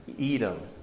Edom